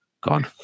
gone